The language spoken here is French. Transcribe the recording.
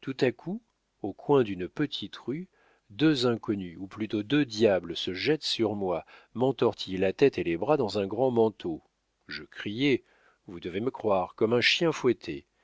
tout à coup au coin d'une petite rue deux inconnus ou plutôt deux diables se jettent sur moi m'entortillent la tête et les bras dans un grand manteau je criai vous devez me croire comme un chien fouetté